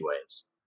ways